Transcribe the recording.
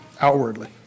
outwardly